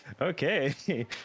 okay